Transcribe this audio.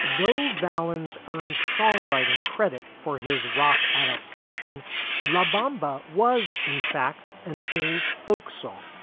though valens earned songwriting credit for his rock adaptation la bamba was, in fact, an old folk song,